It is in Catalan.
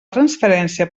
transferència